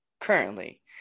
currently